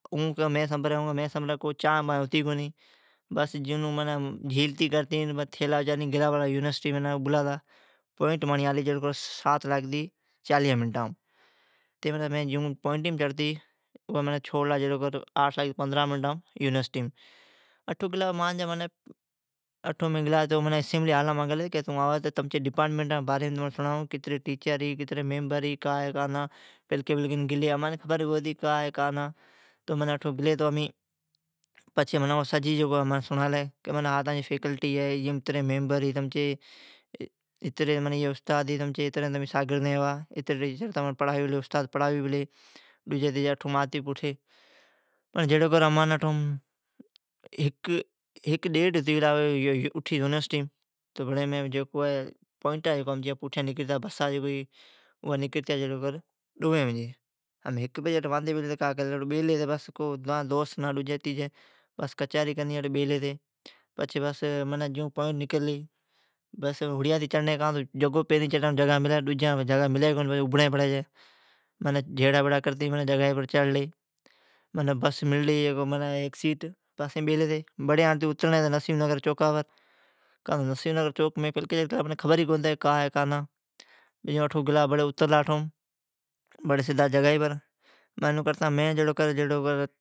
اون کی مین سنبرین اون کی مین سنبرین بس چانھ ڈجی ھتی کونی، جھیلتین مین گلا بولا یونیسٹی، مانجی پوائینٹ آلی جھڑوکر سات چالیھان بر، چڑھلا پوائینٹی بر ائین منین ساڈھی آٹھن بجی چھوڑلا یونیسٹیم۔ امان کیلی تمین اسیمبلی ھالام آوا امین تمان تمچی ڈپارٹمینٹا جی با باریم سڑائوکہ کتری ٹیچر ھی کتری میمبر ھی امین نوین ھتی امان خبر کو ھتی امان سڑالین ھا تمچی فیکلٹی ہے ایی تمچی میمبر ھی ایی تمچھی استاد ھی۔ امان ھک بجی موکل ھلی امین اٹھی بیلی ھتی پوئینٹ امچی ڈوئین بجی ھتی دوست کوڑ ھتی کونی کچھری کرنی بیلی ھتی۔ جیون پوائٹ آلی امین ھڑیاتی چڑلی کان تو پچھی ابھڑین پڑی چھی، جیون تیون کرتی جگا گیلی سیٹیم بیلی ھتی۔ منین اترڑین ھتی نسیم نگر چوکا بر منین خبر کونی ھتی نسیم نگر چوک کا ہے کا نا، اترلا اٹھو ائین سدھا گلا جگائی بر۔ ایوں کرتا میں جھڑوکر